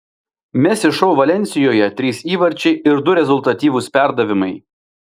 messi šou valensijoje trys įvarčiai ir du rezultatyvūs perdavimai